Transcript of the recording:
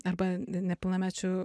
arba nepilnamečių